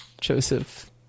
Joseph